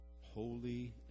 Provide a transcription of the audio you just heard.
holy